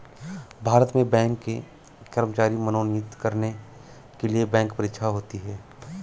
भारत में बैंक के कर्मचारी मनोनीत करने के लिए बैंक परीक्षा होती है